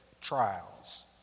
trials